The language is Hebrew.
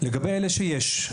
לגבי אלה שיש,